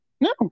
No